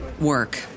work